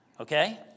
Okay